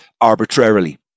arbitrarily